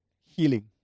healing